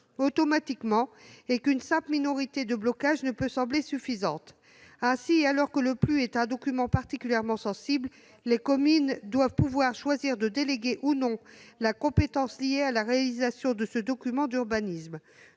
automatiques, l'existence d'une simple minorité de blocage n'étant pas suffisante. Ainsi, le PLU étant un document particulièrement sensible, les communes doivent pouvoir choisir de déléguer ou non la compétence liée à la réalisation de ce document d'urbanisme.